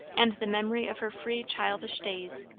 and the memory of her free childish days,